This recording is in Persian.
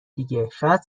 دیگه، شاید